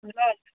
ल ल